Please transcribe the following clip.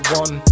one